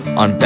on